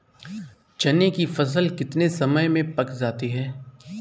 चने की फसल कितने समय में पक जाती है?